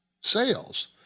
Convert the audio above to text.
sales